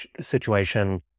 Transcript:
situation